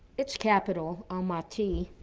its capital, almaty,